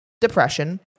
depression